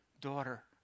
daughter